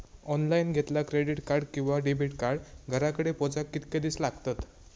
Online घेतला credit card किंवा debit card घराकडे पोचाक कितके दिस लागतत?